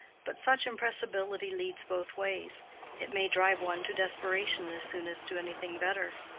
but such impressibility leads both ways it may drive one to desperation as soon as to anything better.